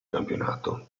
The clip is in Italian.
campionato